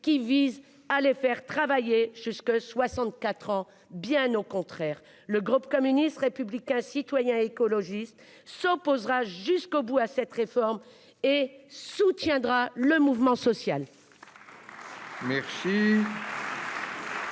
qui vise à les faire travailler jusque 64 ans, bien au contraire. Le groupe communiste républicain citoyen et écologiste s'opposera jusqu'au bout à cette réforme et soutiendra le mouvement social.